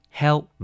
help